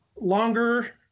longer